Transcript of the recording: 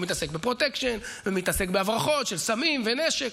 ומתעסק בפרוטקשן ומתעסק בהברחות של סמים ונשק.